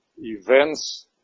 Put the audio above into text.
events